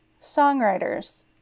songwriters